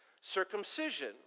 Circumcision